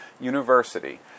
University